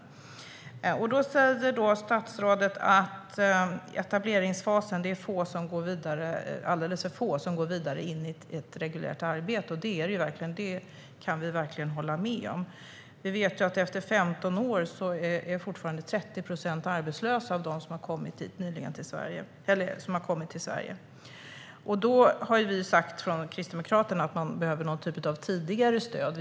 Statsrådet säger att det är alldeles för få som går vidare från etableringsfasen till ett reguljärt arbete, och det är det verkligen. Det kan vi hålla med om. Vi vet att 30 procent av dem som har kommit till Sverige fortfarande är arbetslösa efter 15 år. Vi har från Kristdemokraternas sida sagt att det behövs någon typ av tidigare stöd.